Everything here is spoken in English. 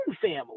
family